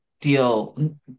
deal